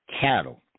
cattle